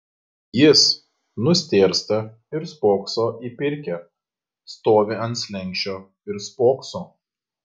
jis nustėrsta ir spokso į pirkią stovi ant slenksčio ir spokso